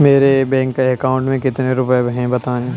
मेरे bank account में कितने रुपए हैं बताएँ?